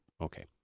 Okay